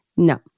No